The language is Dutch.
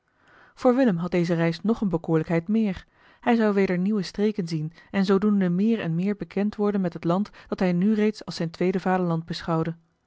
voor willem had deze reis nog eene bekoorlijkheid meer hij zou weder nieuwe streken zien en zoodoende meer en meer bekend worden met het land dat hij nu reeds als zijn tweede vaderland beschouwde